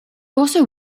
also